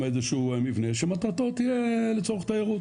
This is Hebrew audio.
איזשהו מבנה שמטרתו תהיה לצורך תיירות.